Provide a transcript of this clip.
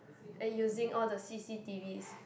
and using all the c_c_t_vs